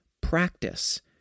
practice